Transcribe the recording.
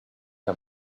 how